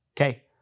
Okay